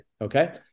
okay